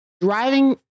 driving